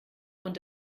und